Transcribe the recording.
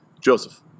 Joseph